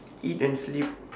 eat and sleep